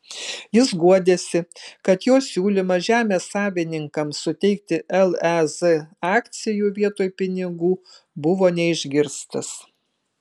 jis guodėsi kad jo siūlymas žemės savininkams suteikti lez akcijų vietoj pinigų buvo neišgirstas